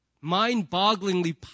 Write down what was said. mind-bogglingly